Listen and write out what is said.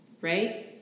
right